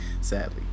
Sadly